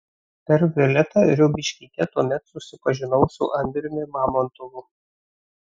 per violetą riaubiškytę tuomet susipažinau su andriumi mamontovu